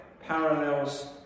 parallels